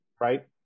right